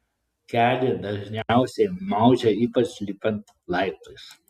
kelį dažniausiai maudžia ypač lipant laiptais